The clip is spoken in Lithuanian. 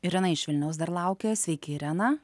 irena iš vilniaus dar laukia sveiki irena